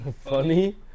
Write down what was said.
Funny